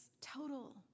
total